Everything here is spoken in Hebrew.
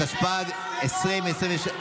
התשפ"ג 2023,